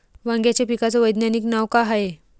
वांग्याच्या पिकाचं वैज्ञानिक नाव का हाये?